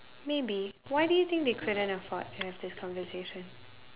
maybe why do you think they couldn't afford to have this conversation